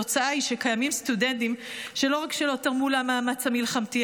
התוצאה היא שקיימים סטודנטים שלא רק שלא תרמו למאמץ המלחמתי,